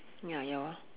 ya your